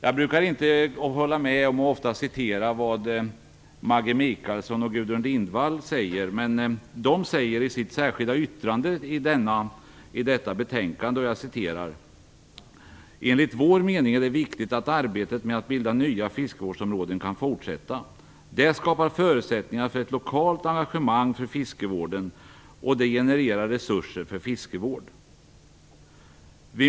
Jag brukar inte hålla med eller citera Maggi Mikaelsson och Gudrun Lindvall, men i sitt särskilda yttrande till betänkandet skriver de: "Enligt vår mening är det viktigt att arbetet med att bilda nya fiskevårdsområden kan fortsätta. Det skapar förutsättningar för ett lokalt engagemang för fiskevården och det genererar resurser för fiskevård."